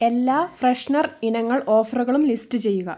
എല്ലാ ഫ്രെഷ്നർ ഇനങ്ങൾ ഓഫറുകളും ലിസ്റ്റ് ചെയ്യുക